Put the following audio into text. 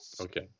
okay